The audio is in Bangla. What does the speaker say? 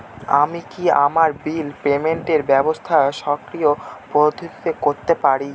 আমি কি আমার বিল পেমেন্টের ব্যবস্থা স্বকীয় পদ্ধতিতে করতে পারি?